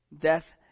Death